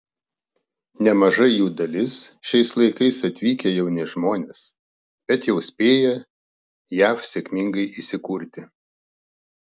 nemaža jų dalis šiais laikais atvykę jauni žmonės bet jau spėję jav sėkmingai įsikurti